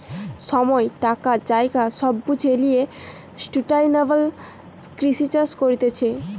সময়, টাকা, জায়গা সব বুঝে লিয়ে সুস্টাইনাবল কৃষি চাষ করতিছে